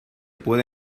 puede